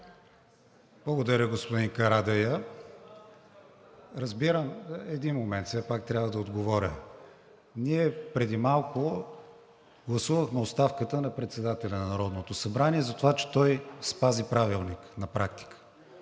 Благодаря, господин Карадайъ. (Шум и реплики.) Един момент, все пак трябва да отговоря. Ние преди малко гласувахме оставката на председателя на Народното събрание, затова че той спази Правилника на практика.